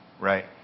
right